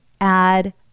add